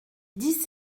dix